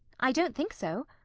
i don't think so.